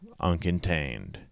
uncontained